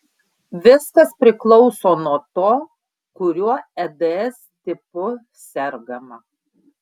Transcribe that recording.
viskas priklauso nuo to kuriuo eds tipu sergama